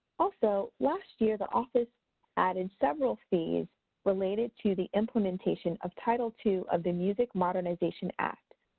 also, last year the office added several fees related to the implementation of title to of the music modernization act.